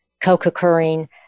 co-occurring